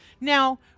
Now